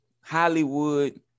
Hollywood